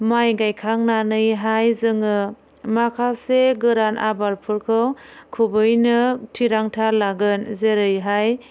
माय गायखांनानैहाय जोङो माखासे गोरान आबारफोरखौ खुबैनो थिरांथा लागोन जेरैहाय